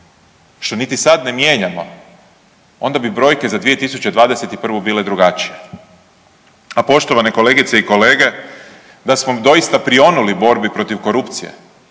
što niti sad ne mijenjamo onda bi brojke za 2021. bile drugačije. A poštovane kolegice i kolege da smo doista prionuli borbi protiv korupcije,